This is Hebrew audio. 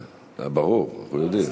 ברור, אנחנו יודעים.